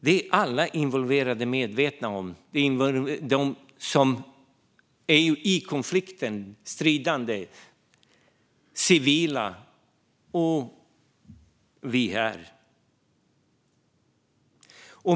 Det är alla involverade medvetna om - de som är i konflikten, stridande och civila, och vi här.